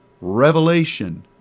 revelation